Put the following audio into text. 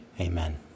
Amen